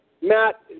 Matt